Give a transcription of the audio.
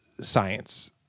science